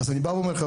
אז אני אומר חברים,